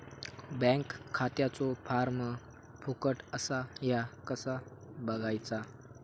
Bank खात्याचो form फुकट असा ह्या कसा बगायचा?